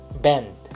Bend